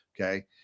okay